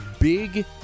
big